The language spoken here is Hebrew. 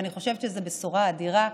אני חושבת שזאת בשורה אדירה.